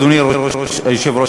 אדוני היושב-ראש,